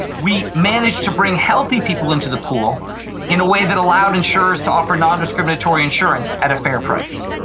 we managed to bring healthy people into the pool in a way that allowed insurers to offer non-discriminatory insurance at a fair price.